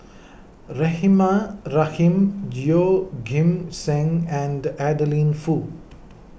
Rahimah Rahim Yeoh Ghim Seng and Adeline Foo